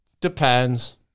Depends